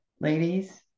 Ladies